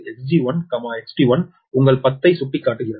224 Xg1 XT1 உங்கள் 10 ஐ சுட்டிக்காட்டுகிறது